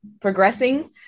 progressing